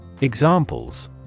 Examples